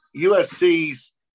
usc's